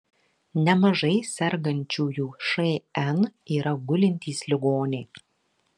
nemažai sergančiųjų šn yra gulintys ligoniai